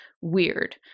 weird